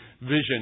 vision